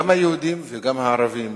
גם היהודים וגם הערבים,